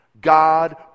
God